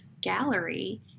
gallery